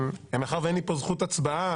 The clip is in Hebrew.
מאחר שאין לי פה זכות הצבעה,